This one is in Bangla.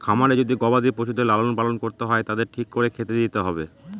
খামারে যদি গবাদি পশুদের লালন পালন করতে হয় তাদের ঠিক করে খেতে দিতে হবে